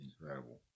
incredible